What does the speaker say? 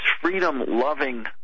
freedom-loving